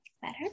better